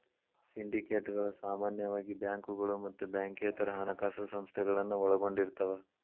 ಸಿಂಡಿಕೇಟ್ಗಳ ಸಾಮಾನ್ಯವಾಗಿ ಬ್ಯಾಂಕುಗಳ ಮತ್ತ ಬ್ಯಾಂಕೇತರ ಹಣಕಾಸ ಸಂಸ್ಥೆಗಳನ್ನ ಒಳಗೊಂಡಿರ್ತವ